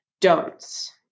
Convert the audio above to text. Don'ts